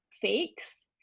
fakes